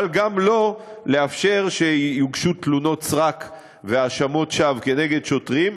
אבל גם לא לאפשר הגשת תלונות סרק והאשמות שווא נגד שוטרים,